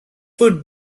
would